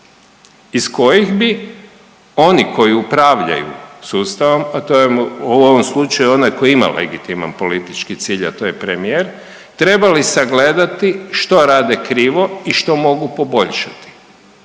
iz kojih bi oni koji upravljaju sustavom, a to je u ovom slučaju onaj tko ima legitiman politički cilj, a to je premijer, trebali sagledati što rade krivo i što mogu poboljšati.